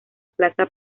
plaza